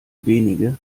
wenige